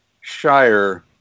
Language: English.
shire